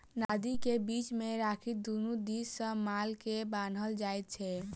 नादि के बीच मे राखि दुनू दिस सॅ माल के बान्हल जाइत छै